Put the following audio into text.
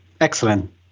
Excellent